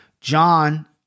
John